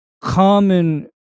common